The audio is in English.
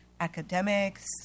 academics